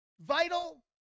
vital